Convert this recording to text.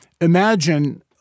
imagine